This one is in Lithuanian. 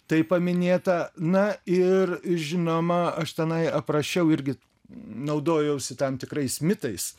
tai paminėta na ir žinoma aš tenai aprašiau irgi naudojausi tam tikrais mitais